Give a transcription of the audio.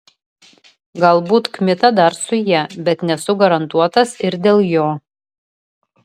galbūt kmita dar su ja bet nesu garantuotas ir dėl jo